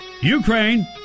ukraine